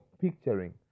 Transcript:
picturing